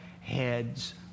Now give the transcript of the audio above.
heads